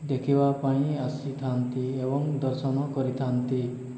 ଦେଖିବା ପାଇଁ ଆସିଥାନ୍ତି ଏବଂ ଦର୍ଶନ କରିଥାନ୍ତି